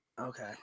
Okay